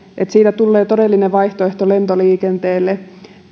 että siitä tulee todellinen vaihtoehto lentoliikenteelle